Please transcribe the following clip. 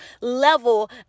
level